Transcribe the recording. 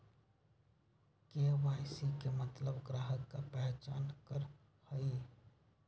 KYC के मतलब ग्राहक का पहचान करहई?